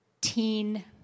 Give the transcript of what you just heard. teen